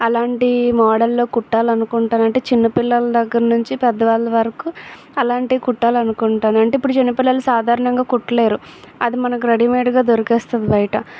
అలాంటి మోడల్లో కుట్టాలి అనుకుంటాను అంటే చిన్నపిల్లల దగ్గర నుంచి పెద్దవాళ్ళ వరకు అలాంటివి కుట్టాలి అనుకుంటాను అంటే ఇప్పుడు చిన్న పిల్లలు సాధారణంగా కుట్టలేరు అది మనకు రెడీమేడ్గా దొరికుతుంది బయట